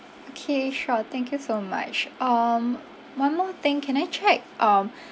okay sure thank you so much um one more thing can I check um